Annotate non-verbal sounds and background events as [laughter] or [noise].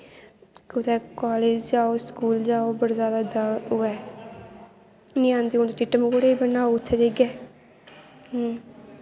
कुदै कालेज जाओ स्कूल जाओ बड़ा जैदा एह्दा ओह् ऐ [unintelligible]